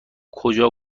کجا